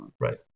Right